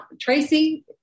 Tracy